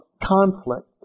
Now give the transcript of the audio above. conflict